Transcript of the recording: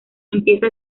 empieza